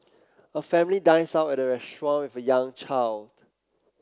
a family dines out at a restaurant with a young child